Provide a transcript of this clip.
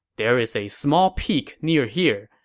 there is a small peak near here.